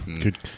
Good